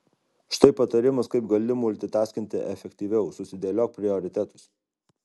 štai patarimas kaip gali multitaskinti efektyviau susidėliok prioritetus